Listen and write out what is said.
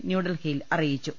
ന്യൂഡൽഹിയിൽ അറിയിച്ചു